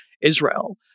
Israel